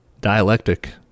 dialectic